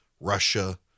Russia